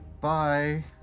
Bye